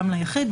גם ליחיד,